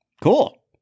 Cool